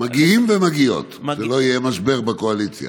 מגיעים ומגיעות, שלא יהיה משבר בקואליציה.